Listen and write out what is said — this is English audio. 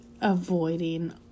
avoiding